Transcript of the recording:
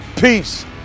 Peace